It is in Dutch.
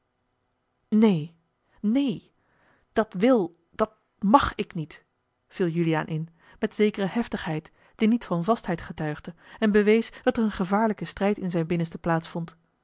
neen neen dat wil dat mag ik niet viel juliaan in met zekere heftigheid die niet van vastheid getuigde en bewees dat er een gevaarlijke strijd in zijn binnenste